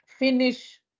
Finish